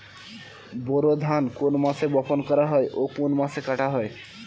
বোরো ধান কোন মাসে বপন করা হয় ও কোন মাসে কাটা হয়?